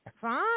Fine